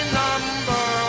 number